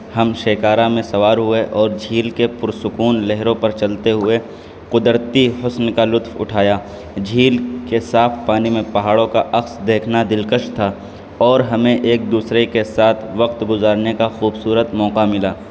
ہم شیکارا میں سوار ہوئے اور جھیل کے پرسکون لہروں پر چلتے ہوئے قدرتی حسن کا لطف اٹھایا جھیل کے صاف پانی میں پہاڑوں کا عکس دیکھنا دلکش تھا اور ہمیں ایک دوسرے کے ساتھ وقت گزارنے کا خوبصورت موقع ملا